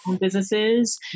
businesses